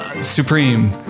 Supreme